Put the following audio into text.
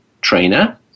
trainer